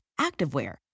activewear